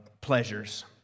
pleasures